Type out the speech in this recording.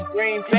Green